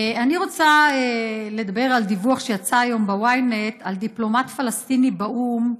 אני רוצה לדבר על דיווח שיצא היום ב-Ynet על דיפלומט פלסטיני באו"ם,